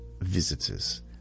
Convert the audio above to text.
visitors